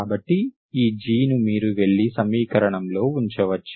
కాబట్టి ఈ g ను మీరు వెళ్లి సమీకరణంలో ఉంచవచ్చు